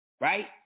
right